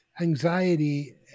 anxiety